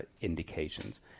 indications